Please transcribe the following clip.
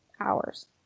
hours